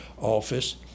Office